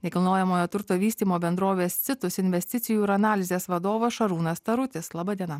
nekilnojamojo turto vystymo bendrovės citus investicijų ir analizės vadovas šarūnas tarutis laba diena